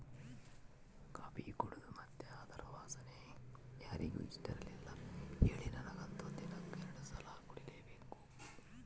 coffee ಕುಡೇದು ಮತ್ತೆ ಅದರ ವಾಸನೆ ಯಾರಿಗೆ ಇಷ್ಟಇರಲ್ಲ ಹೇಳಿ ನನಗಂತೂ ದಿನಕ್ಕ ಎರಡು ಸಲ ಕುಡಿಲೇಬೇಕು